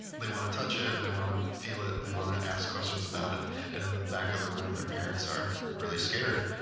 they want to touch it. they want to feel it. they want to ask questions about it. and in the back of the room their parents are really scared.